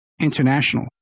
international